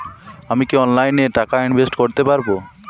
আমি কি অনলাইনে টাকা ইনভেস্ট করতে পারবো?